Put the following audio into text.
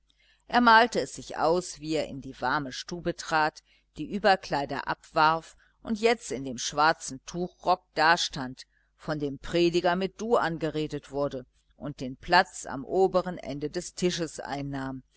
er malte es sich aus wie er in die warme stube trat die überkleider abwarf und jetzt in dem schwarzen tuchrock dastand von dem prediger mit du angeredet wurde und den platz am oberen ende des tisches einnahm